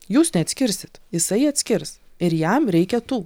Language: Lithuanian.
jūs neatskirsit jisai atskirs ir jam reikia tų